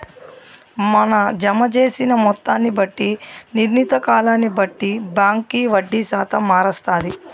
మన జమ జేసిన మొత్తాన్ని బట్టి, నిర్ణీత కాలాన్ని బట్టి బాంకీ వడ్డీ శాతం మారస్తాది